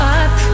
up